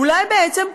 אולי בעצם,